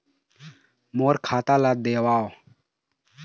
मोर खाता ला देवाव?